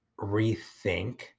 rethink